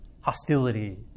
hostility